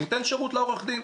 ניתן שירות לעורך דין.